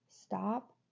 stop